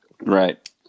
Right